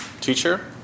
teacher